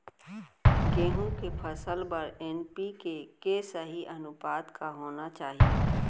गेहूँ के फसल बर एन.पी.के के सही अनुपात का होना चाही?